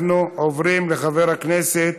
אנחנו עוברים לחבר הכנסת